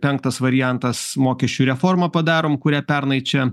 penktas variantas mokesčių reformą padarom kurią pernai čia